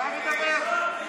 אתה מדבר?